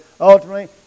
ultimately